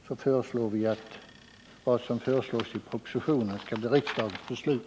Vi föreslår att det som anförts i propositionen skall bli riksdagens beslut.